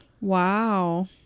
Wow